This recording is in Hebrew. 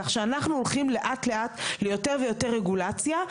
אנחנו הולכים לאט לאט ליותר ויותר רגולציה.